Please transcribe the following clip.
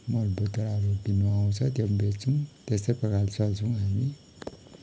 मल भकेराहरू किन्नु आउँछ त्यो पनि बेच्छौँ त्यस्तै प्रकारले चल्छौँ हामी